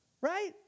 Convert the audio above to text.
right